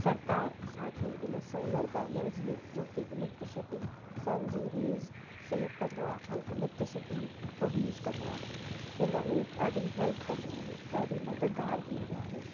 सरकारु असांखे हिन सोलर पैनल्स में जो की इलेक्ट्रिसिटी सन जी रेज़ सेव कंदो आहे ऐं इलेक्ट्रिसिटी प्रोड्यूस कंदो आहे हिनमें ॾाढी हेल्प कंदो आहे ॾाढो मददगारु थींदो आहे